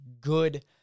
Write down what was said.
good